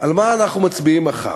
על מה אנחנו מצביעים מחר?